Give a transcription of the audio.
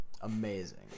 amazing